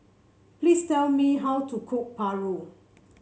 please tell me how to cook paru